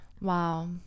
Wow